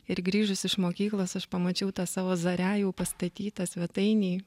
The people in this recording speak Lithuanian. ir grįžusi iš mokyklos aš pamačiau tą savo zaria jau pastatytą svetainėj